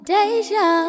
Deja